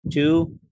Two